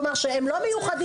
כלומר שהם לא מיוחדים.